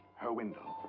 her window.